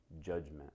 judgment